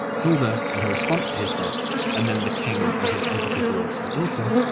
hilda, and her response to his death, and then the king and his empathy towards his daughter,